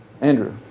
Andrew